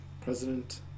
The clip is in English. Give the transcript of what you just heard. President